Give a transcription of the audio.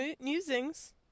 musings